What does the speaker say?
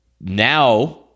Now